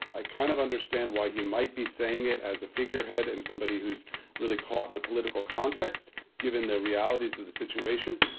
i kind of understand why he might be saying it as a figurehead and somebody who's really caught in a political context given the realities of the situation.